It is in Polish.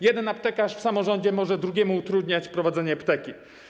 Jeden aptekarz w samorządzie może drugiemu utrudniać prowadzenie apteki.